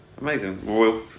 Amazing